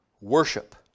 worship